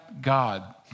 God